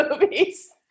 movies